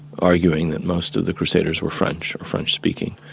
arguing that most of the crusaders were french or french-speaking,